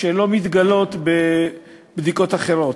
שלא מתגלות בבדיקות אחרות.